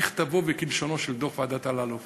את דוח ועדת אלאלוף